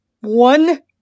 one